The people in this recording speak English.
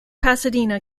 pasadena